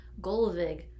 Golovig